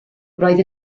roedd